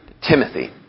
Timothy